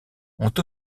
ont